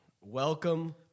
welcome